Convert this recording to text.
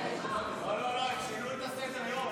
לא, לא, הם שינו את סדר-היום.